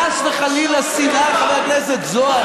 חס וחלילה שנאה, חבר הכנסת זוהר.